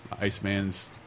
Iceman's